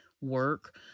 work